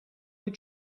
were